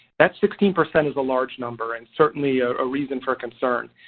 that sixteen percent is a large number and certainly ah a reason for concern.